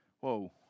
whoa